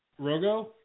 Rogo